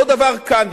אותו דבר כאן.